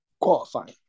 Qualifying